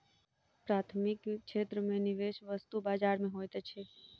प्राथमिक क्षेत्र में निवेश वस्तु बजार में होइत अछि